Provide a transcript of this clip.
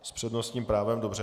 S přednostním právem, dobře.